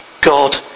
God